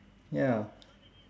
ya